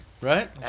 right